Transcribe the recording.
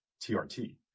trt